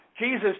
Jesus